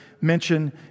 mention